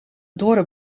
dorre